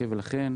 לכן,